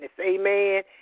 Amen